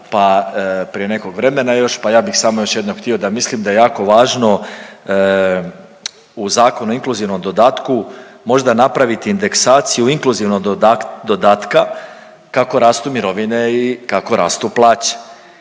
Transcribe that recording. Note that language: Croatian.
pa prije nekog vremena još pa ja bih samo još jednom htio da mislim da je jako važno u Zakonu o inkluzivnom dodatku možda napraviti indeksaciju inkluzivnog dodatka kako rastu mirovine i kako rastu plaće